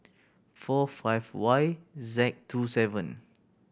four five Y Z two seven